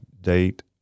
date